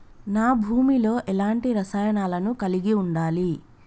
నా భూమి లో ఎలాంటి రసాయనాలను కలిగి ఉండాలి?